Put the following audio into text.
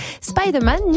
Spider-Man